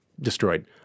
destroyed